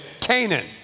Canaan